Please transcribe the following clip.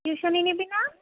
tuition নিবি না